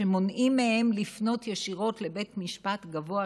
שמונעים מהם לפנות ישירות לבית משפט גבוה,